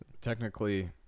technically